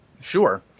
Sure